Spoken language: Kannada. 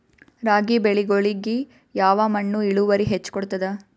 ರಾಗಿ ಬೆಳಿಗೊಳಿಗಿ ಯಾವ ಮಣ್ಣು ಇಳುವರಿ ಹೆಚ್ ಕೊಡ್ತದ?